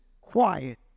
quiet